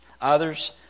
Others